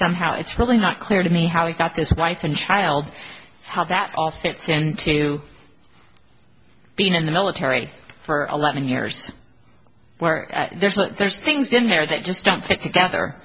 somehow it's really not clear to me how he got this wife and child how that are fits into being in the military for eleven years where there's like there's things in there that just don't fit together